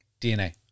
DNA